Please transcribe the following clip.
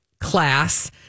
class